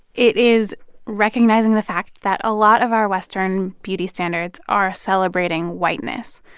it is recognizing the fact that a lot of our western beauty standards are celebrating whiteness,